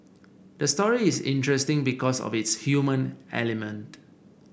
the story is interesting because of its human element